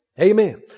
Amen